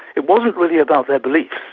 it wasn't really about their beliefs,